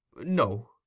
No